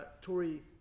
Tory